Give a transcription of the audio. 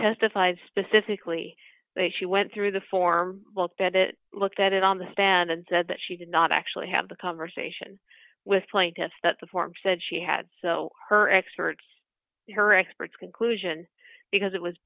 testified specifically that she went through the form that it looked at it on the stand and said that she did not actually have the conversation with plaintiffs that the form said she had so her experts her experts conclusion because it was